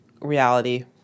reality